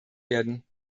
werden